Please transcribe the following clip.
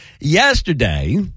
yesterday